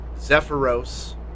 Zephyros